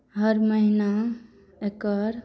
हर महिना एकर